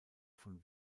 von